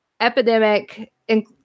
epidemic